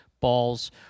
Balls